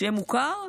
שם מוכר?